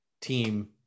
team